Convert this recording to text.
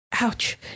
Ouch